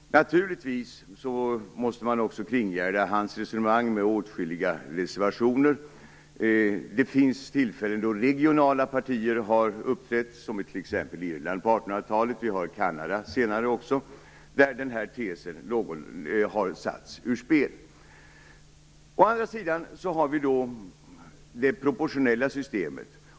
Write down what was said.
Naturligtvis måste man kringgärda hans resonemang med åtskilliga reservationer. Det finns tillfällen då regionala partier har uppträtt - som t.ex. i Irland på 1800-talet och senare också i Kanada - och då den här tesen har satts ur spel. Å andra sidan har vi det proportionella systemet.